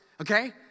Okay